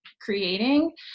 creating